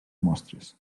mostres